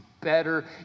better